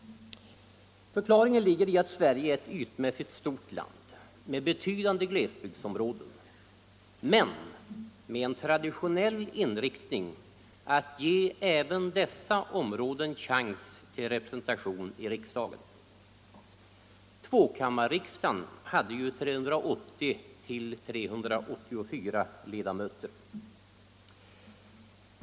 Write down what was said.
Förklaringen ligger i att Sverige är ett ytmässigt stort land med betydande glesbygdsområden men med en traditionell inriktning att ge även dessa områden chans till representation i riksdagen. Tvåkammarriksdagen hade ju 380-384 ledamöter.